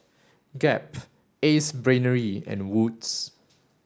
Gap Ace Brainery and Wood's